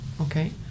Okay